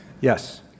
Yes